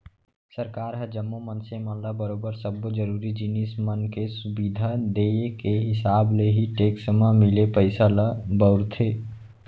सरकार ह जम्मो मनसे मन ल बरोबर सब्बो जरुरी जिनिस मन के सुबिधा देय के हिसाब ले ही टेक्स म मिले पइसा ल बउरथे